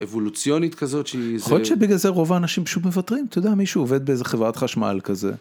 אבולוציונית כזאת.. יכול להיות שבגלל זה רוב האנשים שוב מוותרים, אתה יודע מישהו עובד באיזה חברת חשמל כזה.